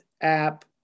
app